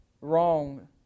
wrong